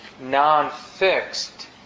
non-fixed